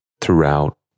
throughout